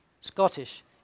Scottish